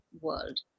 world